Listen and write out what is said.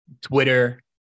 Twitter